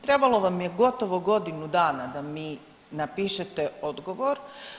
Trebalo vam je gotovo godinu dana da mi napišete odgovor.